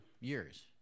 years